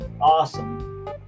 awesome